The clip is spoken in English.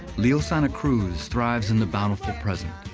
leo santa cruz thrives in the battle for present.